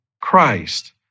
Christ